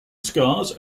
stars